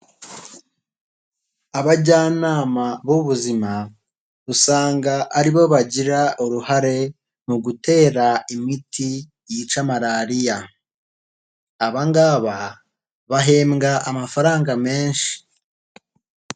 Abajyanama b'ubuzima usanga aribo bagira uruhare mu gutera imiti yica marariya. Aba ngaba bahembwa amafaranga menshi.